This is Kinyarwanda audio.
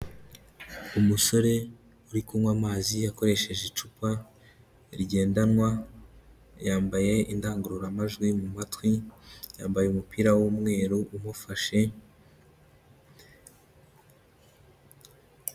Umusore uri kunywa amazi akoresheje icupa rigendanwa, yambaye indangururamajwi mu matwi, yambaye umupira w'umweru umufashe.